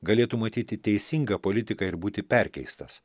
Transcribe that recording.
galėtų matyti teisingą politiką ir būti perkeistas